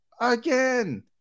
again